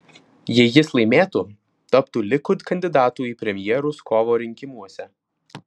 jei jis laimėtų taptų likud kandidatu į premjerus kovo rinkimuose